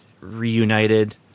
reunited